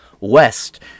West